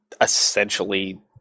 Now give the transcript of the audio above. essentially